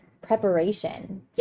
preparation